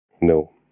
no